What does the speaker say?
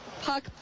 Puck